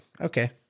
Okay